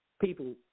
People